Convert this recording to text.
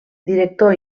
director